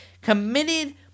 committed